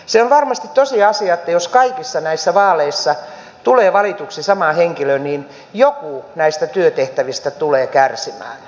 se on varmasti tosiasia että jos kaikissa näissä vaaleissa tulee valituksi sama henkilö niin joku näistä työtehtävistä tulee kärsimään